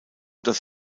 dass